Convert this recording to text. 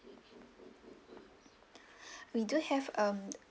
we do have um